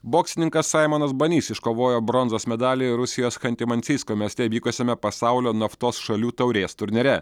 boksininkas saimonas banys iškovojo bronzos medalį rusijos chanty mansijsko mieste vykusiame pasaulio naftos šalių taurės turnyre